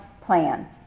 plan